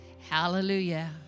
Hallelujah